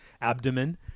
abdomen